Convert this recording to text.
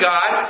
God